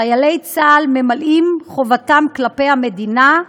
חיילי צה"ל ממלאים את חובתם כלפי המדינה,